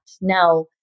Now